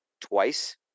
twice